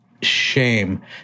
Shame